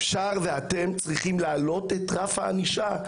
אפשר ואתם צריכים להעלות את רף הענישה,